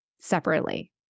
separately